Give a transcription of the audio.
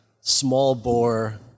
small-bore